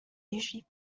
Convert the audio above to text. usually